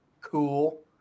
cool